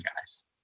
guys